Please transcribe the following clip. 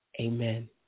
Amen